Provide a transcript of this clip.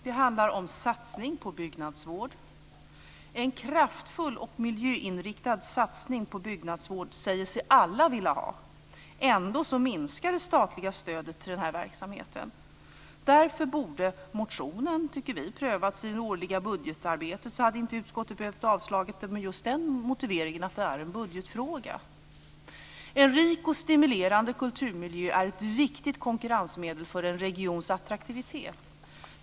Det handlar om satsning på byggnadsvård. En kraftfull och miljöinriktad satsning på byggnadsvård säger sig alla vilja ha. Ändå minskar det statliga stödet till den här verksamheten. Därför borde motionen, tycker vi, prövats i det årliga budgetarbetet. Då hade inte utskottet behövt avstyrka den med just motiveringen att det är en budgetfråga. En rik och stimulerande kulturmiljö är ett viktigt konkurrensmedel för en regions attraktivitet.